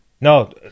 No